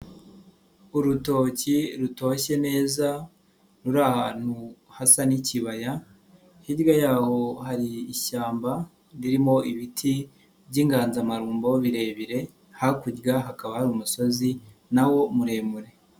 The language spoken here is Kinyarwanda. Urutoki rutoshye neza ruri ahantu hasa n'ikibaya hirya yaho hari ishyamba ririmo ibiti by'inganzamarumbo birebire, hakurya hakaba hari umusozi nawo muremure.